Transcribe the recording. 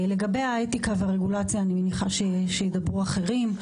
לגבי האתיקה והרגולציה אני מניחה שידברו אחרים,